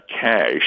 cash